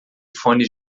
fones